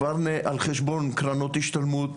כבר על חשבון קרנות השתלמות,